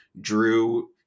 Drew